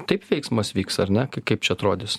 taip veiksmas vyks ar ne kaip čia atrodys